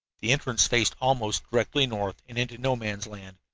the entrance faced almost directly north and into no man's land,